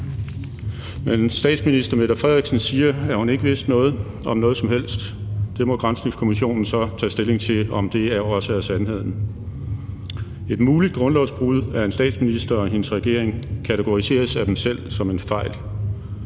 Statsministeren siger, at hun ikke vidste noget om noget som helst. Det må granskningskommissionen så tage stilling til, altså om det også er sandheden. Et muligt grundlovsbrud af en statsminister og hendes regering kategoriseres af dem selv som en fejl.